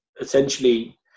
essentially